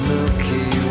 Milky